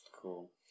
Cool